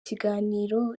kiganiro